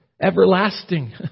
everlasting